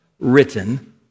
written